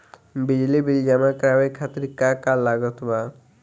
बिजली बिल जमा करावे खातिर का का लागत बा?